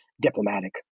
diplomatic